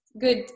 good